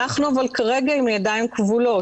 אבל כרגע אנחנו עם הידיים כבולות,